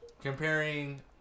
comparing